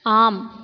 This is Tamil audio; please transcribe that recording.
ஆம்